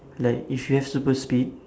like if you have super speed